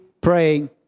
praying